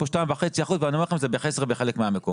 אמרתי כאן 2.5 אחוזים ואני אומר לכם שזה בחסר בחלק מהמקומות.